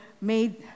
made